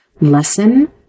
lesson